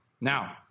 now